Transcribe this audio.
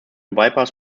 bypass